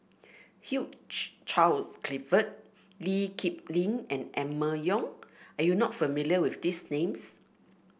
Hugh Charles Clifford Lee Kip Lin and Emma Yong are you not familiar with these names